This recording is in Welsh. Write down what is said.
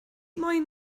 moyn